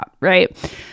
right